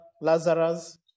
Lazarus